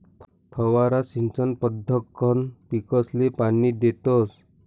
फवारा सिंचन पद्धतकंन पीकसले पाणी देतस